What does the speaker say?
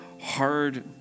hard